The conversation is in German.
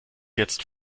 jetzt